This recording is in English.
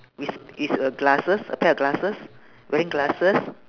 is is a glasses a pair of glasses wearing glasses